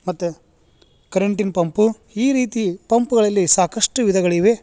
ಮತ್ತು ಕರೆಂಟಿನ ಪಂಪು ಈ ರೀತಿ ಪಂಪುಗಳಲ್ಲಿ ಸಾಕಷ್ಟು ವಿಧಗಳಿವೆ